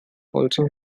also